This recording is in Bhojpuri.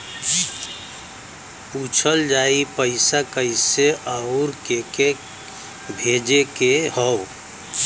पूछल जाई पइसा कैसे अउर के के भेजे के हौ